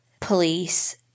police